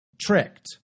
tricked